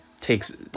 takes